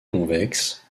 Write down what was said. convexe